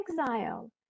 exile